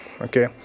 Okay